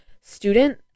student